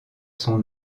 son